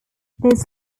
those